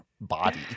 body